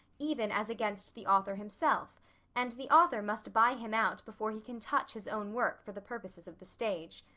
even as against the author himself and the author must buy him out before he can touch his own work for the purposes of the stage.